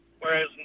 Whereas